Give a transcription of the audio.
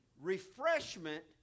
Refreshment